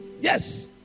Yes